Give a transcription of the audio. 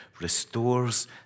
restores